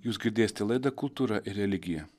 jūs girdėsite laidą kultūra ir religija